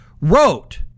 wrote